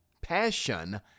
passion